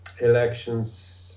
elections